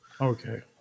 Okay